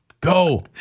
Go